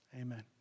Amen